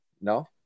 no